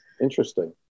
Interesting